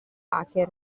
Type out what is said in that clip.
hacker